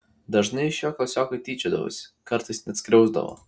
dažnai iš jo klasiokai tyčiodavosi kartais net skriausdavo